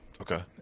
Okay